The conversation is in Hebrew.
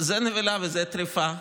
וזה טרפה.